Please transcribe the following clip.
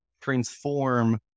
transform